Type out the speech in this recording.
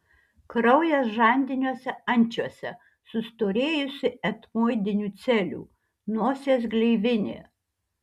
kraujas žandiniuose ančiuose sustorėjusi etmoidinių celių nosies gleivinė